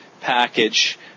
Package